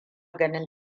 ganin